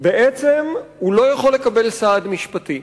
הוא לא יכול לקבל סעד משפטי.